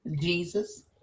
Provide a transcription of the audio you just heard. Jesus